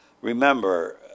Remember